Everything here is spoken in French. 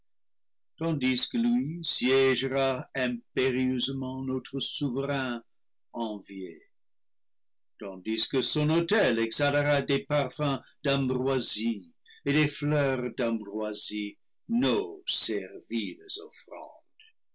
tandis que lui siégera impé rieusement notre souverain envié tandis que son autel exha lera des parfums d'ambroisie et des fleurs d'ambroisie